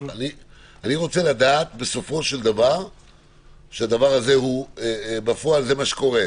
אני רוצה לדעת בסופו של דבר שבפועל זה מה שקורה.